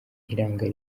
iranga